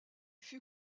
fut